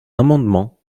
amendement